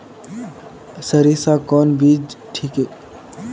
सरीसा कौन बीज ठिक?